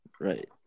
Right